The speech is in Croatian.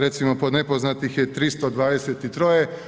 Recimo pod nepoznatih je 323.